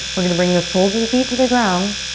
we're gonna bring the soles of the feet to the ground.